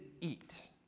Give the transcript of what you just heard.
eat